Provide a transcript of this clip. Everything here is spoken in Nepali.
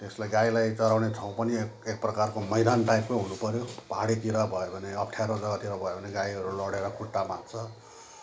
त्यसलाई गाईलाई चराउने ठाउँ पनि एक एक प्रकारको मैदान टाइपकै हुनुपऱ्यो पाहाडीतिर भयो भने अप्ठ्यारो जग्गातिर भयो भने गाईहरू लडेर खुट्टा भाँच्छ